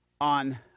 on